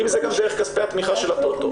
אם זה גם דרך כספי התמיכה של הטוטו.